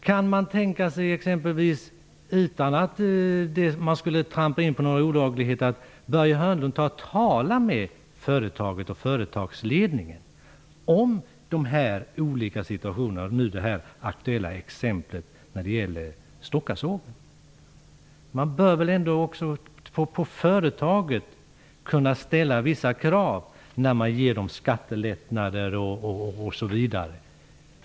Kan Börje Hörnlund exempelvis tänka sig att, utan att därmed gå in på några olagligheter, tala med företagets ledning om de olika situationerna och om det aktuella exemplet med Stockasågen? Man bör väl kunna ställa vissa krav på ett företag som får skattelättnader osv.